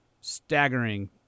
staggering